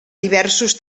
diversos